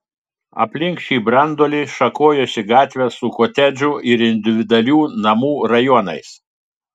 aplink šį branduolį šakojosi gatvės su kotedžų ir individualių namų rajonais